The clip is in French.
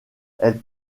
elle